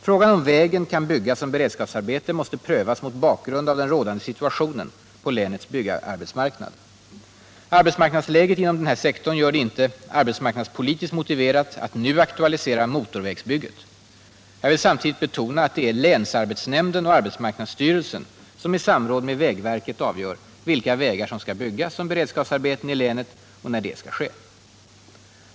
Frågan om vägen kan byggas som beredskapsarbete måste prövas mot bakgrund av den rådande situationen på länets byggarbetsmarknad. Arbetsmarknadsläget inom denna sektor gör det inte arbetsmarknadspolitiskt motiverat att nu aktualisera motorvägsbygget. Jag vill samtidigt betona att det är länsarbetsnämnden och arbetsmarknadsstyrelsen som i samråd med vägverket avgör vilka vägar som skall byggas som beredskapsarbeten i länet och när det skall ske.